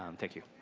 um thank you.